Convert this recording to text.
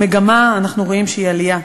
המגמה, אנחנו רואים שהיא עלייה.